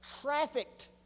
trafficked